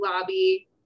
lobby